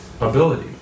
ability